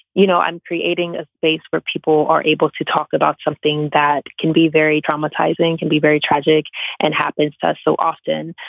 you know, i'm creating a space where people are able to talk about something that can be very traumatizing, can be very tragic and happens so often.